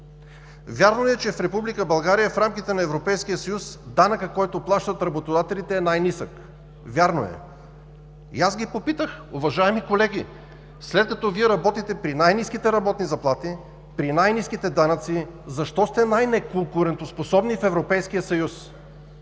в рамките на Европейския съюз данъкът, който плащат работодателите, е най-нисък? Вярно е! Аз ги попитах: уважаеми колеги, след като Вие работите при най-ниските работни заплати, при най-ниските данъци, защо сте най-неконкурентоспособни в